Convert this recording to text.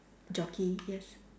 jockey yes